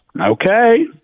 Okay